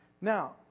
Now